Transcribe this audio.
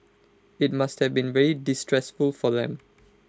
IT must have been very distressful for them